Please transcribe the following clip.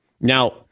Now